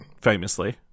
famously